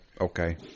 okay